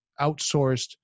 outsourced